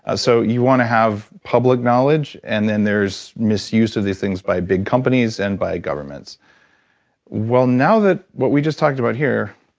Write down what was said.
ah so you want to have public knowledge and then there's misuse of these things by big companies and by governments well, now that what we just talked about here,